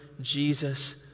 Jesus